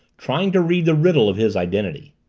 trying to read the riddle of his identity.